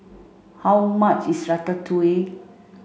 how much is Ratatouille